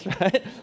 right